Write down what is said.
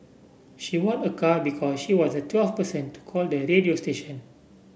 she won a car because she was the twelfth person to call the radio station